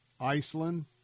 Iceland